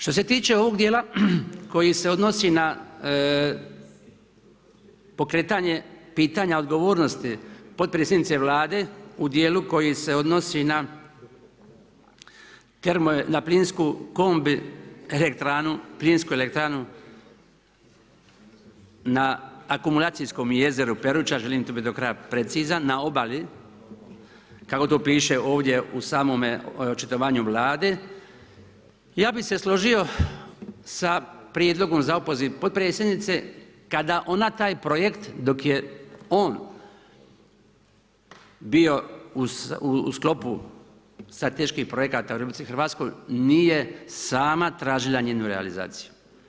Što se tiče ovog dijela koji se odnosi na pokretanje pitanja odgovornosti potpredsjednice Vlade u dijelu koji se odnosi na termo plinsku kombi elektranu, plinsku elektranu na akumulacijskom jezeru Peruča, želim tu biti do kraja precizan, na obali, kako to piše ovdje u samome očitovanju Vlade, ja bih se složio sa prijedlogom za opoziv potpredsjednice kada ona taj projekt, dok je on bio u sklopu strateških projekata RH nije sama tražila njenu realizaciju.